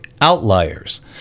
Outliers